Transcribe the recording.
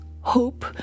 hope